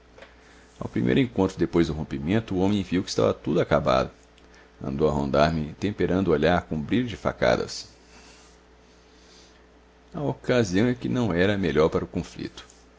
ao primeiro encontro depois do rompimento o homem viu que estava tudo acabado andou a rondar me temperando o olhar com um brilho de facadas a ocasião é que não era a melhor para o conflito